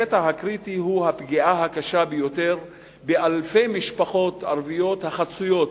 הקטע הקריטי הוא הפגיעה הקשה ביותר באלפי משפחות ערביות החצויות,